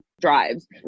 drives